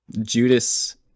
Judas